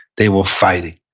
they were fighting.